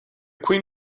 queen